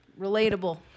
relatable